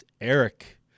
Eric